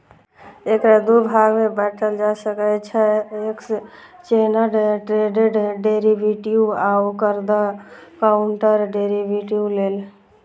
एकरा दू भाग मे बांटल जा सकै छै, एक्सचेंड ट्रेडेड डेरिवेटिव आ ओवर द काउंटर डेरेवेटिव लेल